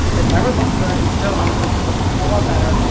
it never looks good, it still honestly could look a whole lot better,